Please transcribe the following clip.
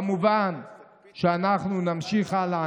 כמובן שאנחנו נמשיך הלאה,